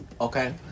Okay